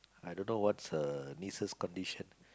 I don't know what's her nieces condition